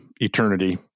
eternity